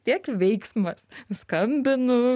tiek veiksmas skambinu